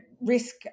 risk